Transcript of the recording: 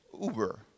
uber